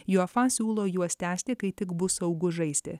uefa siūlo juos tęsti kai tik bus saugu žaisti